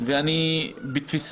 ואני אומר